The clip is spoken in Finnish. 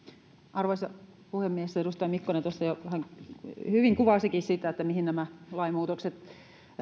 arvoisa puhemies edustaja mikkonen tuossa jo hyvin kuvasikin sitä mihin nämä lainmuutokset